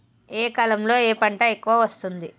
ఏ కాలంలో ఏ పంట ఎక్కువ వస్తోంది?